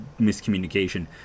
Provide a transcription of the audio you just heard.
miscommunication